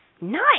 Nice